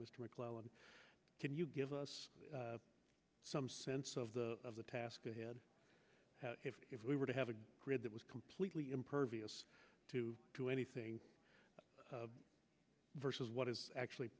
mr mcclelland can you give us some sense of the of the task ahead if we were to have a grid that was completely impervious to do anything versus what is actually